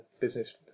business